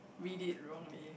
read it wrongly